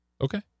Okay